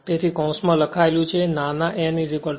તેથી કૌંસમાં તે લખાયેલું છે નાના n N